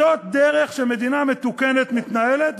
זאת דרך שבה מדינה מתוקנת מתנהלת.